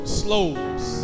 slows